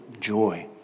joy